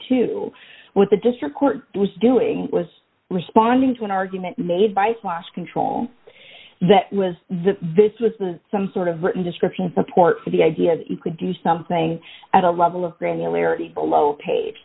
with the district court was doing was responding to an argument made by swash control that was the this was the some sort of written description support for the idea that you could do something at a level of granularity below page